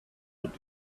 but